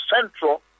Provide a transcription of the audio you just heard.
central